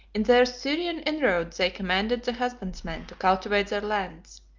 in their syrian inroads they commanded the husbandmen to cultivate their lands,